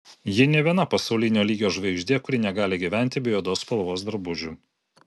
ji ne viena pasaulinio lygio žvaigždė kuri negali gyventi be juodos spalvos drabužių